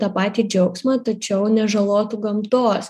tą patį džiaugsmą tačiau nežalotų gamtos